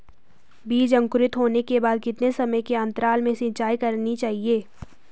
बीज अंकुरित होने के बाद कितने समय के अंतराल में सिंचाई करनी चाहिए?